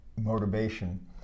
motivation